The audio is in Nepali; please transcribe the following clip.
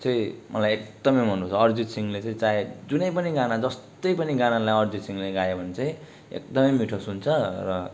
चाहिँ मलाई एकदमै मनपर्छ अरिजित सिंहले चाहिँ चाहे जुनै पनि गाना जस्तै पनि गानालाई अरिजित सिंहले गायो भने चाहिँ एकदमै मिठो सुन्छ र